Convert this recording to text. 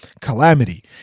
calamity